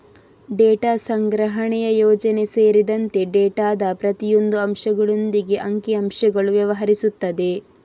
data ಸಂಗ್ರಹಣೆಯ ಯೋಜನೆ ಸೇರಿದಂತೆ ಡೇಟಾದ ಪ್ರತಿಯೊಂದು ಅಂಶಗಳೊಂದಿಗೆ ಅಂಕಿ ಅಂಶಗಳು ವ್ಯವಹರಿಸುತ್ತದೆ